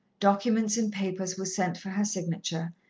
documents and papers were sent for her signature,